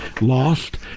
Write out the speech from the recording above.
lost